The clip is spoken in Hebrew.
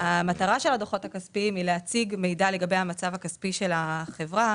המטרה של הדוחות הכספיים היא להציג מידע לגבי המצב הכספי של החברה,